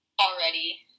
already